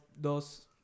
dos